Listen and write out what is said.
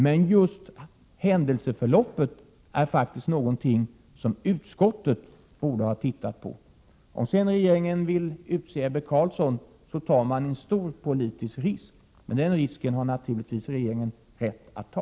Men just händelseförloppet är faktiskt någonting som utskottet borde ha tittat på. Om sedan regeringen vill utse Ebbe Carlsson, tar man en stor politisk risk, men den risken har naturligtvis regeringen rätt att ta.